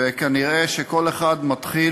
וכנראה כל אחד מתחיל,